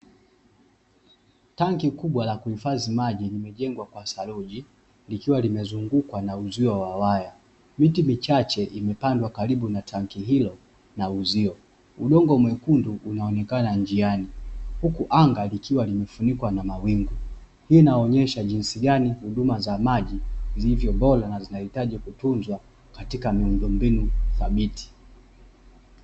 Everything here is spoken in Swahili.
Tangi kubwa la kuhifadhi maji, limejengwa kwa saruji ikiwa limezungukwa na uzio wa waya. Miti michache imepandwa karibu na tangi hilo na uzio. Udongo mwekundu unaonekana njiani, huku anga likiwa limefunikwa na mawingu. Hii inaonyesha jinsi gani huduma za maji zilivyo bora, na zinahitaji kutunzwa katika miundo mbinu thabiti.